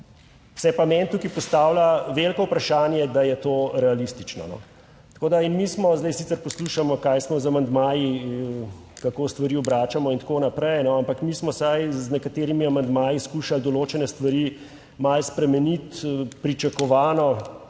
se pa meni tukaj postavlja veliko vprašanje, da je to realistično. Tako da, in mi smo, zdaj sicer poslušamo, kaj smo z amandmaji, kako stvari obračamo in tako naprej, ampak mi smo vsaj z nekaterimi amandmaji skušali določene stvari malo spremeniti. Pričakovano,